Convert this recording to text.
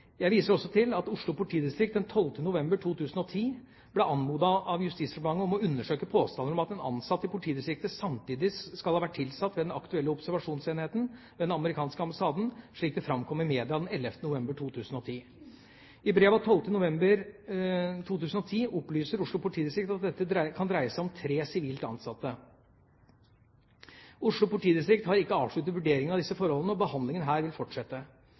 Jeg viser også til at Oslo politidistrikt den 12. november 2010 ble anmodet av Justisdepartementet om å undersøke påstander om at en ansatt i politidistriktet samtidig skal ha vært tilsatt ved den aktuelle observasjonsenheten ved den amerikanske ambassaden, slik det framkom i media den 11. november 2010. I brev av 12. november 2010 opplyser Oslo politidistrikt at dette kan dreie seg om tre sivilt ansatte. Oslo politidistrikt har ikke avsluttet vurderingen av disse forholdene, og behandlingen her vil fortsette.